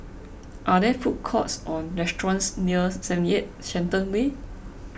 are there food courts or restaurants near seventy eight Shenton Way